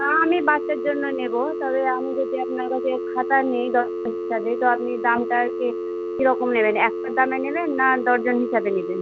না আমি বাচ্চার জন্য নেবো তবে আমি যদি আপনার কাছে খাতা নিই ডজন হিসাবে তো আপনি দামটার কি কী রকম নেবেন একটার দামে নেবেন না ডজন হিসাবে নেবেন